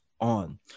on